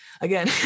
Again